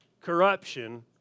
corruption